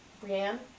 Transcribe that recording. Brienne